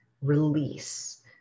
release